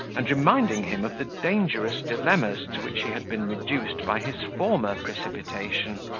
and reminding him of the dangerous dilemmas to which he had been reduced by his former precipitation.